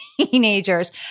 teenagers